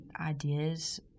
ideas